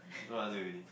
don't want to do already